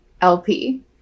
lp